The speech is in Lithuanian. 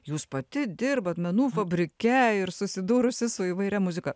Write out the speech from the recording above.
jūs pati dirbat menų fabrike ir susidūrusi su įvairia muzika